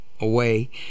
away